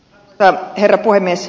arvoisa herra puhemies